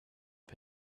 him